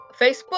Facebook